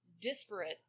disparate